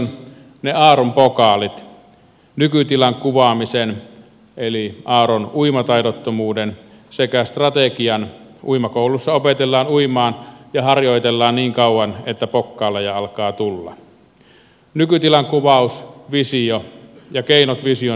ne aaron pokaalit nykytilan kuvaamisen eli aaron uimataidottomuuden sekä strategian uimakoulussa opetellaan uimaan ja harjoitellaan niin kauan että pokkaaleja alakaa tulla nykytilan kuvauksen vision ja keinot vision saavuttamiseksi